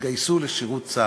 שיתגייסו לשירות צה"ל,